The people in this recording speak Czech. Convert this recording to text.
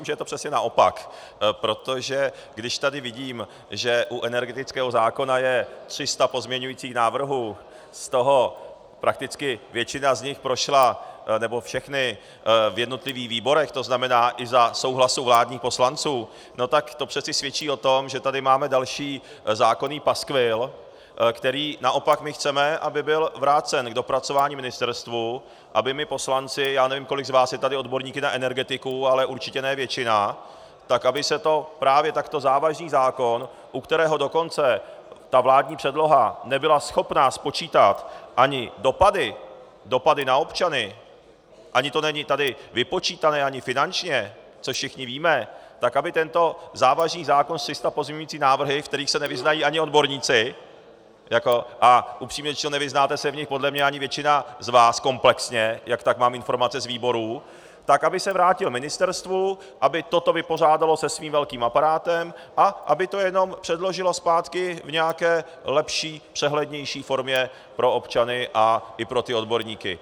Já myslím, že je to přesně naopak, protože když tady vidím, že u energetického zákonu je 300 pozměňujících návrhů, z toho prakticky většina z nich prošla, nebo všechny, v jednotlivých výborech, to znamená i za souhlasu vládních poslanců, no tak to přece svědčí o tom, že tady máme další zákonný paskvil, který naopak my chceme, aby byl vrácen k dopracování ministerstvu, aby poslanci já nevím, kolik z vás je tady odborníků na energetiku, ale určitě ne většina tak aby se to právě takto závažný zákon, u kterého dokonce ta vládní předloha nebyla schopna spočítat ani dopady na občany, ani to není tady vypočítané ani finančně, což všichni víme, tak aby tento závažný zákon se 300 pozměňujícími návrhy, ve kterých se nevyznají ani odborníci, a upřímně řečeno, nevyznáte se v nich podle mě ani většina z vás komplexně, jak tak mám informace z výborů, tak aby se vrátil ministerstvu, aby toto vypořádalo se svým velkým aparátem a aby to jenom předložilo zpátky v nějaké lepší, přehlednější formě pro občany a i pro odborníky.